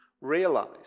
realize